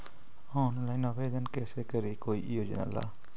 Online आवेदन कैसे करी कोई योजना ला?